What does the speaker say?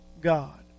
God